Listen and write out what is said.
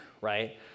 right